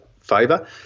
favour